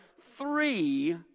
three